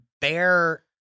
bear